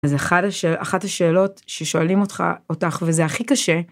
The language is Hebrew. אז אחת השאלות ששואלים אותך, וזה הכי קשה